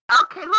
Okay